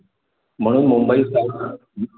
म्हणून मुंबई